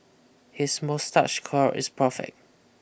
his moustache curl is perfect